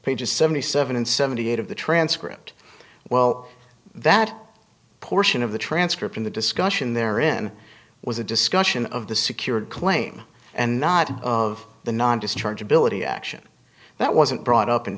pages seventy seven and seventy eight of the transcript well that portion of the transcript in the discussion there in was a discussion of the secured claim and not of the non discharge ability action that wasn't brought up in